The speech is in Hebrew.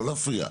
לא להפריע.